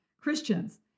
christians